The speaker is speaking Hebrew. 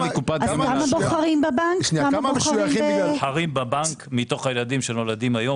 בוחרים בבנק מתוך הילדים שנולדים היום